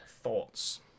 thoughts